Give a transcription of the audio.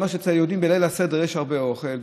ואמר: אצל היהודים בליל הסדר יש הרבה אוכל,